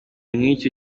nk’icyo